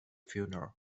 funeral